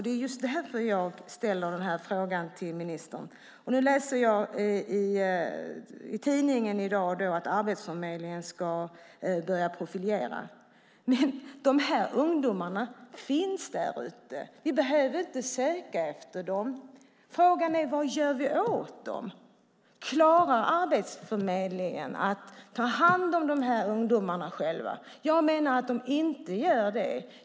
Det är just därför jag ställer den här frågan till ministern. Nu läser jag i tidningen i dag att Arbetsförmedlingen ska börja profilera, men de här ungdomarna finns där ute. Vi behöver inte söka efter dem. Frågan är vad vi gör åt dem. Klarar Arbetsförmedlingen att ta hand om de här ungdomarna själv? Jag menar att de inte gör det.